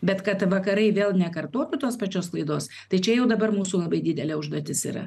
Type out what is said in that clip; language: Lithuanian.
bet kad vakarai vėl nekartotų tos pačios klaidos tai čia jau dabar mūsų labai didelė užduotis yra